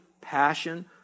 passion